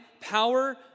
power